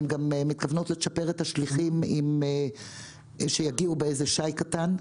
הן גם מתכוונות לצ'פר את השליחים שיגיעו בשי קטן.